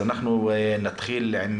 אנחנו נתחיל עם